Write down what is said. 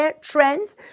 trends